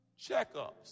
checkups